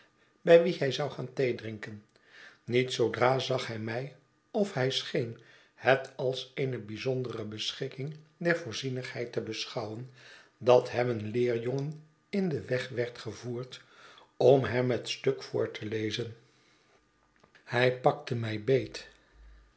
bij wien hij zou gaan theedrinken niet zoodra zag hij mij of hij scheen het als eene bijzondere beschikking der voorzienigheid te beschouwen dat hem een leerjongen in den weg werd gevoerd om hem het stuk voor te lezen hij pakte mij beet